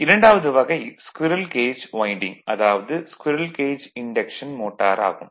இரண்டாவது வகை squirrel cage winding அதாவது ஸ்குரீல் கேஜ் இன்டக்ஷன் மோட்டார் ஆகும்